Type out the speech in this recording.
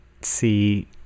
see